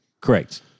Correct